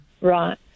Right